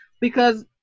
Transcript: because-